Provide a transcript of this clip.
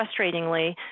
frustratingly